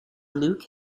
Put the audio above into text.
luke